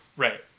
Right